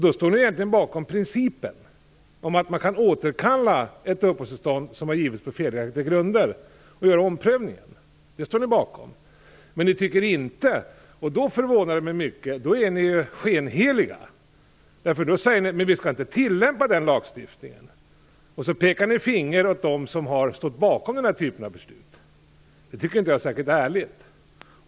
Då står ni egentligen bakom principen om att man kan återkalla ett uppehållstillstånd som har givits på felaktiga grunder och göra omprövningar. Det står ni bakom, men ni tycker inte att vi skall tillämpa den lagstiftningen, och det förvånar mig mycket eftersom ni då är skenheliga. Sedan pekar ni finger åt dem som har stått bakom den här typen av beslut. Jag tycker inte att det är särskilt ärligt.